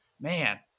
man